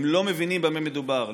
הם לא מבינים במה מדובר.